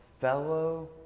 fellow